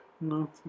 No